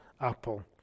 apple